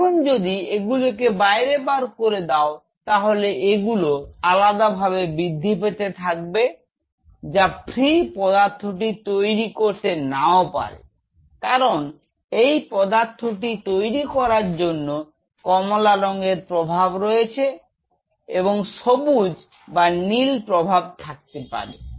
এখন যদি এগুলোকে বাইরে বার করে দাও তাহলে এগুলো আলাদা ভাবে বৃদ্ধি পেতে থাকবে যা ফ্রি পদার্থটি তৈরি করতে নাও পারে কারণ এই পদার্থটির তৈরি করার জন্য কমলা রঙের প্রভাব রয়েছে এবং সবুজ বা নীল প্রভাব থাকতে পারে